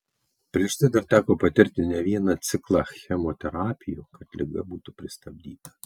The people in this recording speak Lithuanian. prieš tai dar teko patirti ne vieną ciklą chemoterapijų kad liga būtų pristabdyta